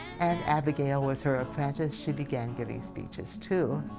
and abigail was her apprentice, she began giving speeches too.